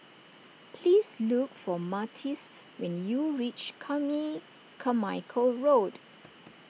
please look for Martez when you reach Carmichael Mikel Road